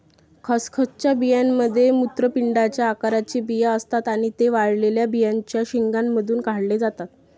खसखसच्या बियांमध्ये मूत्रपिंडाच्या आकाराचे बिया असतात आणि ते वाळलेल्या बियांच्या शेंगांमधून काढले जातात